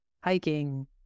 hiking